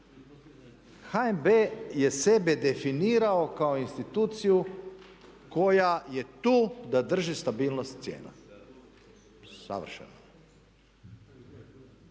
HNB je sebe definirao kao instituciju koja je tu da drži stabilnost cijena. Savršeno.